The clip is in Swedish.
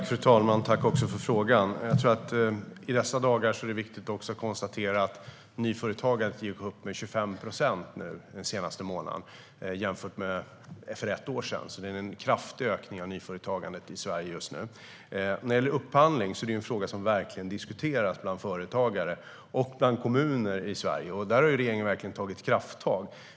Fru talman! Tack för frågan! I dessa dagar är det viktigt att också konstatera att nyföretagandet gick upp med 25 procent den senaste månaden jämfört med för ett år sedan. Det är alltså en kraftig ökning av nyföretagandet i Sverige just nu. Upphandling är en fråga som verkligen diskuteras bland företagare och bland kommuner i Sverige. Där har regeringen verkligen tagit krafttag.